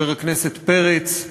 חבר הכנסת פרץ,